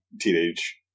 teenage